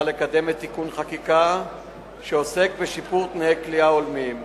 לקדם תיקון חקיקה שעוסק בתנאי כליאה הולמים.